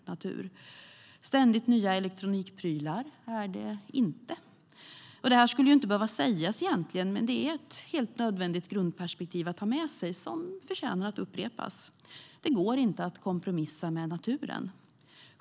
Ständigt nya elektronikprylar är det inte. Detta skulle inte behöva sägas egentligen, men det är ett nödvändigt grundperspektiv att ha med sig som förtjänar att upprepas. Det går inte att kompromissa med naturen.